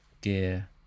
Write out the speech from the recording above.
Gear